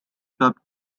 cup